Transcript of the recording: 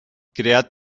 creat